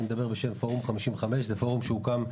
יש את הבחורה ממשמר הגבול שם.